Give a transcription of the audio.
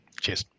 Cheers